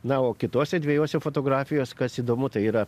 na o kitose dvejose fotografijos kas įdomu tai yra